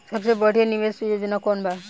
सबसे बढ़िया निवेश योजना कौन बा?